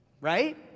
right